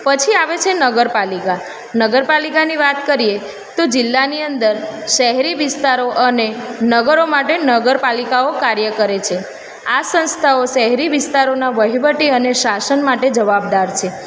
પછી આવે છે નગરપાલિકા નગરપાલિકાની વાત કરીએ તો જિલ્લાની અંદર શહેરી વિસ્તારો અને નગરો માટે નગરપાલિકાઓ કાર્ય કરે છે આ સંસ્થાઓ શહેરી વિસ્તારોનાં વહીવટી અને શાસન માટે જવાબદાર છે